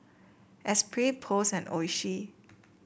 Espirit Post and Oishi